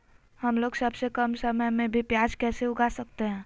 हमलोग सबसे कम समय में भी प्याज कैसे उगा सकते हैं?